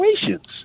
situations